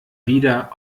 wieder